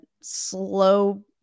slow